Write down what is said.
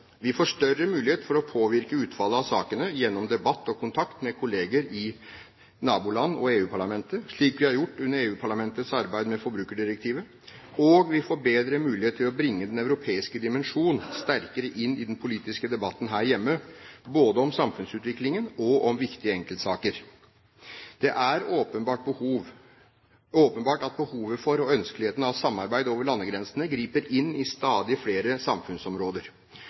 Vi får større mulighet til å påvirke utfallet av sakene gjennom debatt og kontakt med kolleger i naboland og i EU-parlamentet, slik vi har gjort under EU-parlamentets arbeid med forbrukerdirektivet. Og vi får bedre mulighet til å bringe den europeiske dimensjon sterkere inn i den politiske debatten her hjemme, både om samfunnsutviklingen og om viktige enkeltsaker. Det er åpenbart at behovet for og ønskeligheten av samarbeid over landegrensene griper inn i stadig flere samfunnsområder.